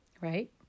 Right